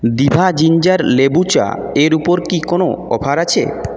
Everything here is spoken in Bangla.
ডিভা জিঞ্জার লেবু চায়ের ওপর কি কোনও অফার আছে